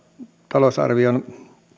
talousarvion